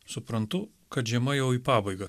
suprantu kad žiema jau į pabaigą